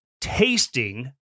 tasting